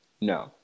No